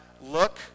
look